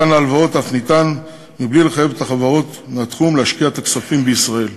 הלוואות אף ניתנות בלי לחייב את החברות מהתחום להשקיע את הכספים בישראל,